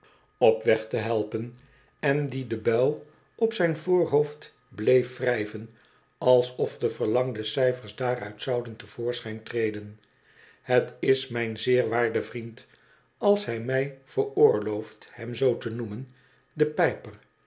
op weg te helpen en die de buil op zijn voorhoofd bleef wrijven alsof de verlangde cijfers daaruit zouden te voorschijn treden het is mijn zeer waarde vriend als hij mij veroorlooft hem zoo te noemen de pijper